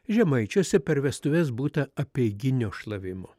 žemaičiuose per vestuves būta apeiginio šlavimo